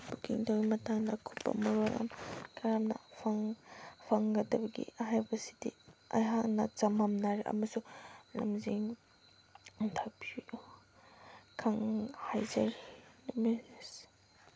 booking ꯇꯧꯕꯒꯤ ꯃꯇꯥꯡꯗ ꯑꯀꯨꯞꯄ ꯃꯔꯣꯜ ꯀꯔꯝꯅ ꯐꯪꯒꯗꯕꯒꯦ ꯍꯥꯏꯕꯁꯤꯗꯤ ꯑꯩꯍꯥꯛꯅ ꯆꯃꯝꯅꯔꯦ ꯑꯃꯁꯨꯡ ꯂꯝꯖꯤꯡ ꯂꯝꯇꯥꯛꯄꯤꯌꯨ ꯍꯥꯏꯖꯔꯤ